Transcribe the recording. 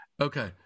okay